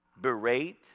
berate